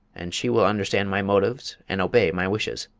and she will understand my motives and obey my wishes.